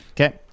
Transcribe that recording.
Okay